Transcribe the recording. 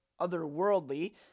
otherworldly